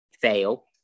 fail